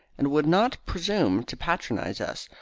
and would not presume to patronise us,